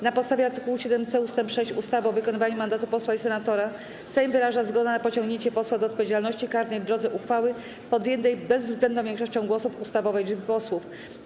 Na podstawie art. 7c ust. 6 ustawy o wykonywaniu mandatu posła i senatora Sejm wyraża zgodę na pociągnięcie posła do odpowiedzialności karnej w drodze uchwały podjętej bezwzględną większością głosów ustawowej liczby posłów.